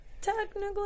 technically